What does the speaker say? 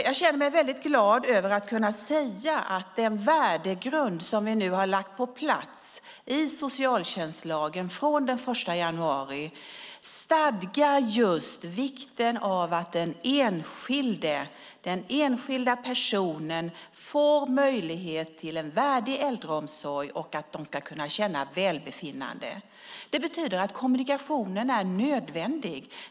Jag känner mig väldigt glad över att kunna säga att den värdegrund som vi nu har lagt på plats i socialtjänstlagen från den 1 januari stadgar vikten av att den enskilda personen får möjlighet till en värdig äldreomsorg och ska kunna känna välbefinnande. Det betyder att kommunikationen är nödvändig.